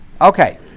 Okay